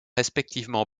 respectivement